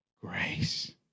grace